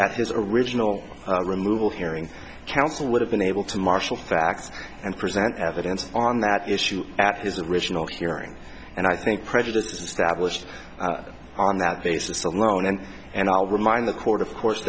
at his original removal hearing counsel would have been able to marshal facts and present evidence on that issue at his original hearing and i think prejudice established on that basis alone and and i'll remind the court of course